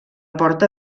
porta